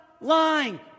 lying